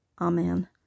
Amen